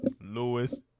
Lewis